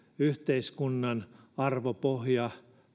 yhteiskunnan arvopohja